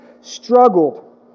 struggled